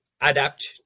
adapt